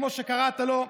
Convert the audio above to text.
כמו שקראת לו,